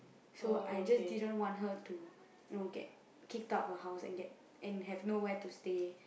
so I just didn't want her to you know get kicked out of her house and have nowhere to stay